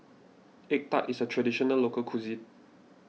Egg Tart is a Traditional Local Cuisine